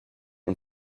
und